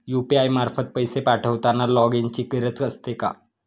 UPI मार्फत पैसे पाठवताना लॉगइनची गरज असते का?